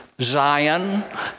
Zion